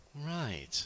Right